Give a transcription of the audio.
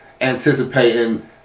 anticipating